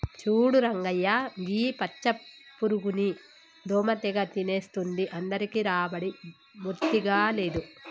చూడు రంగయ్య గీ పచ్చ పురుగుని దోమ తెగ తినేస్తుంది అందరికీ రాబడి బొత్తిగా లేదు